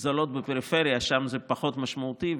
זולות בפריפריה זה פחות משמעותי,